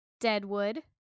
Deadwood